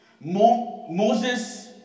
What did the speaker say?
Moses